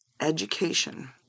education